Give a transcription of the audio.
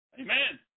Amen